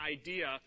idea